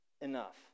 Enough